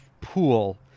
pool